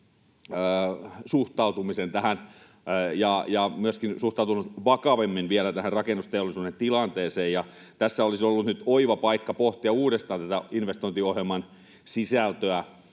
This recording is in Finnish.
suhtautumisen ja myöskin suhtautunut vielä vakavammin tähän rakennusteollisuuden tilanteeseen. Tässä olisi ollut nyt oiva paikka pohtia uudestaan investointiohjelman sisältöä,